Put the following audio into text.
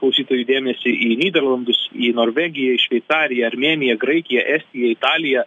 klausytojų dėmesį į nyderlandus į norvegiją į šveicariją armėniją graikiją estiją italiją